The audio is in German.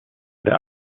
der